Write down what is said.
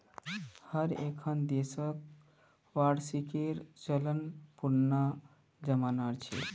हर एक्खन देशत वार्षिकीर चलन पुनना जमाना छेक